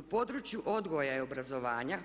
U području odgoja i obrazovanja